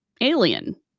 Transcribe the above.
alien